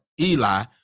Eli